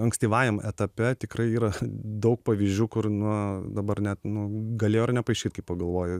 ankstyvajam etape tikrai yra daug pavyzdžių kur na dabar net nu galėjo ir nepaišyt kai pagalvoji